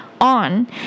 on